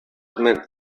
meant